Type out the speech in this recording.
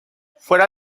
fuera